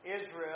Israel